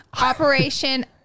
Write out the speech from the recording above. Operation